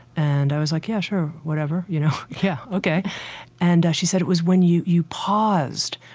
and i was like, yeah, sure, whatever, you know, yeah, ok and she said, it was when you you paused.